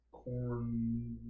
corn